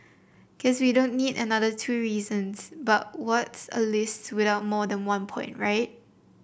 guess we don't need another two reasons but what's a list without more than one point right